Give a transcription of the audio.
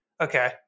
Okay